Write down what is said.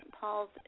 Paul's